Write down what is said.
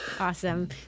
Awesome